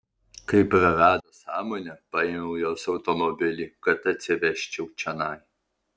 kai prarado sąmonę paėmiau jos automobilį kad atsivežčiau čionai